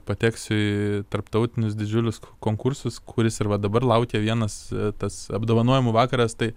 pateksiu į tarptautinius didžiulius konkursas kuris ir va dabar laukia vienas tas apdovanojimų vakaras tai